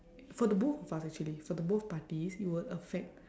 for the both of us actually for the both parties it will affect